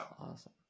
Awesome